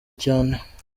cyane